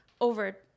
over